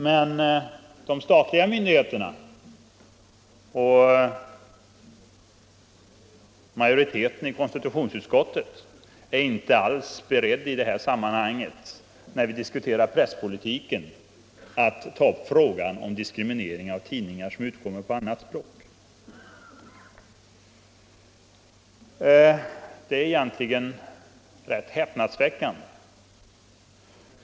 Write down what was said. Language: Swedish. När vi diskuterar presspolitik är de statliga myndigheterna och konstitutionsutskottets majoritet inte alls beredda att ta upp frågan om diskriminering av tidningar som utkommer på annat språk. Det är egentligen rätt häpnadsväckande.